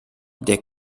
der